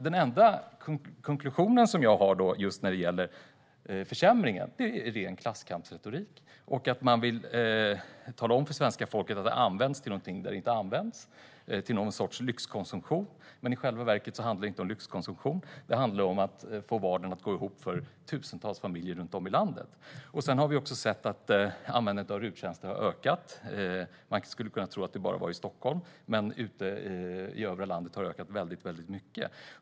Min konklusion när det gäller försämringen är att det här är ren klasskampsretorik och att man vill tala om för svenska folket att avdraget används till någon sorts lyxkonsumtion som det faktiskt inte används till. I själva verket handlar det inte om lyxkonsumtion utan om att få vardagen att gå ihop för tusentals familjer runt om i landet. Vi har också sett att användandet av RUT-tjänster har ökat. Man skulle kunna tro att det bara var i Stockholm, men ute i övriga landet har det ökat mycket.